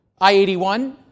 I-81